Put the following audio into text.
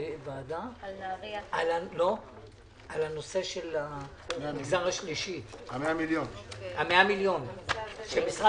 11:50.